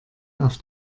auf